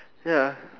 ya